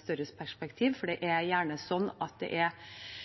større perspektiv, for det er gjerne slik at det